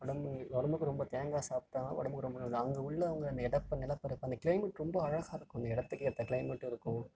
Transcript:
உடம்பு உடம்புக்கு ரொம்ப தேங்காய் சாப்பிட்டா உடம்புக்கு ரொம்ப நல்லது அங்கே உள்ளவங்க அந்த இடப் நிலப்பரப்பு அந்த கிளைமேட் ரொம்ப அழகாக இருக்கும் அந்த இடத்துக்கு ஏற்ற கிளைமேட்டு இருக்கும்